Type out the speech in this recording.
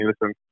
listen